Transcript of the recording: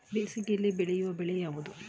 ಬೇಸಿಗೆಯಲ್ಲಿ ಬೆಳೆಯುವ ಬೆಳೆ ಯಾವುದು?